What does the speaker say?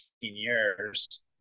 years